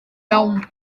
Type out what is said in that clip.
mewn